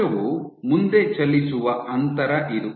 ಕೋಶವು ಮುಂದೆ ಚಲಿಸುವ ಅಂತರ ಇದು